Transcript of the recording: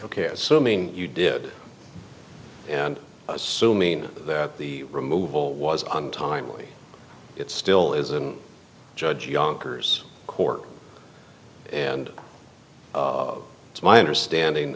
ok assuming you did and assuming that the removal was on timely it still is a judge younkers court and it's my understanding